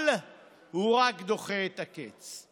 אבל הוא רק דוחה את הקץ.